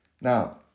Now